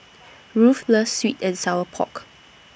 Ruthe loves Sweet and Sour Pork